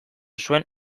zuen